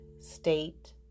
state